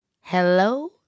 Hello